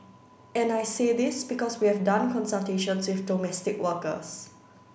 and I say this because we have done consultations with domestic workers